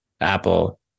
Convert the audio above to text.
Apple